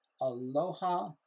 Aloha